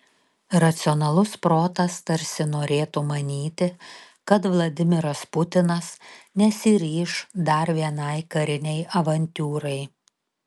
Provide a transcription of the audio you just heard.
racionalus protas tarsi norėtų manyti kad vladimiras putinas nesiryš dar vienai karinei avantiūrai